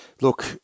look